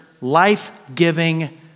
life-giving